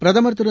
பிரதமர் திரு